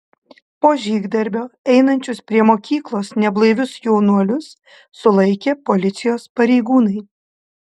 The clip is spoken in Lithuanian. po žygdarbio einančius prie mokyklos neblaivius jaunuolius sulaikė policijos pareigūnai